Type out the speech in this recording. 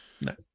No